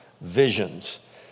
visions